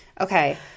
Okay